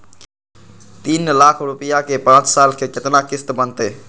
तीन लाख रुपया के पाँच साल के केतना किस्त बनतै?